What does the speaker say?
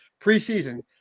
Preseason